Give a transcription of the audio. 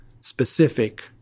specific